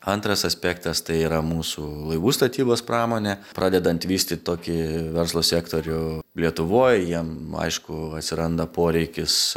antras aspektas tai yra mūsų laivų statybos pramonė pradedant vystyt tokį verslo sektorių lietuvoj jiem aišku atsiranda poreikis